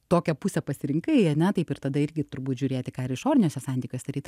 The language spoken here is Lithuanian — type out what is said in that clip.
tokią pusę pasirinkai ane taip ir tada irgi turbūt žiūrėti ką ir išoriniuose santykiuose daryt